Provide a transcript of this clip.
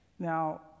Now